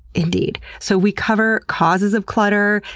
indeed. so we cover causes of clutter,